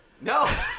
No